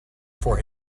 for